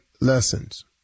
lessons